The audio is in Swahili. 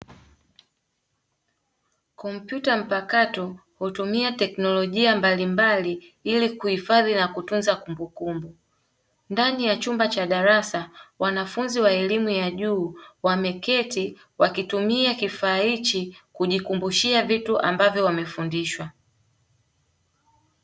Kompyuta mpakato hutumia teknolojia mbalimbali ili kuhifadhi na kutunza kumbukumbu, ndani ya chumba cha darasa wanafunzi wa elimu ya juu wameketi wakitumia kifaa hichi kujikumbushia vitu ambavyo wamefundishwa.